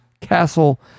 Castle